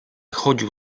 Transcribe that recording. chodził